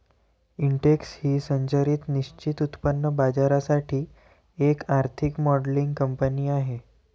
Intex ही संरचित निश्चित उत्पन्न बाजारासाठी एक आर्थिक मॉडेलिंग कंपनी आहे